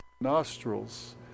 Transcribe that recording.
nostrils